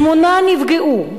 שמונה נפגעו,